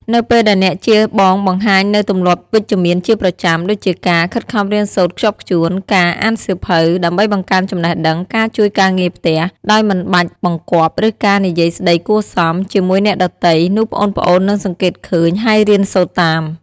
នៅពេលដែលអ្នកជាបងបង្ហាញនូវទម្លាប់វិជ្ជមានជាប្រចាំ ដូចជាការ ខិតខំរៀនសូត្រខ្ជាប់ខ្ជួន ការ អានសៀវភៅ ដើម្បីបង្កើនចំណេះដឹង ការ ជួយការងារផ្ទះ ដោយមិនបាច់បង្គាប់ ឬការ និយាយស្ដីគួរសម ជាមួយអ្នកដទៃ នោះប្អូនៗនឹងសង្កេតឃើញ ហើយរៀនសូត្រតាម ។